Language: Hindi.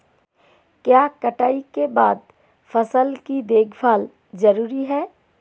क्या कटाई के बाद फसल की देखभाल जरूरी है?